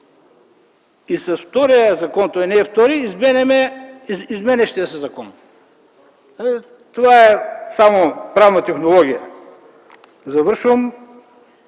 и с втория закон - той не е втори, изменяме изменящия се закон. Това е само правна технология. Завършвам